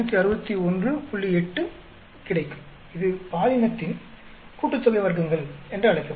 8 கிடைக்கும் இது பாலினத்தின் கூட்டுத்தொகை வர்க்கங்கள் என்று அழைக்கப்படும்